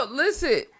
listen